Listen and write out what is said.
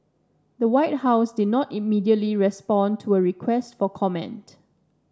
the White House did not immediately respond to a request for comment